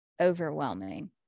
overwhelming